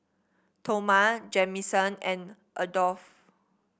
Toma Jamison and Adolph